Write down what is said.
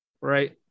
right